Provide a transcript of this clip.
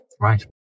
Right